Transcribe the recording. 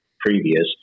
previous